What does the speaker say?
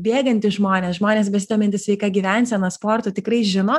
bėgantys žmonės žmonės besidomintys sveika gyvensena sportu tikrai žino